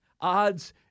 odds